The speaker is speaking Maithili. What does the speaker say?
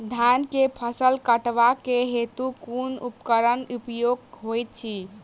धान केँ फसल कटवा केँ हेतु कुन उपकरणक प्रयोग होइत अछि?